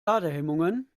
ladehemmungen